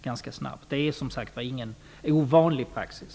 Detta är inte någon ovanlig praxis.